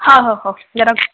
ହଁ ହଁ ହଉ ଯା ରଖ